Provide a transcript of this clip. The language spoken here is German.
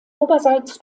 oberseits